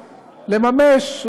לממש,